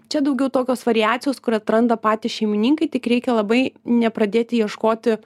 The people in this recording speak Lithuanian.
čia daugiau tokios variacijos kur atranda patys šeimininkai tik reikia labai ne pradėti ieškoti